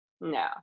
No